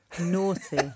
Naughty